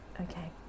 okay